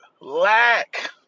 Lack